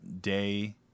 day